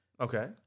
Okay